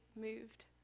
moved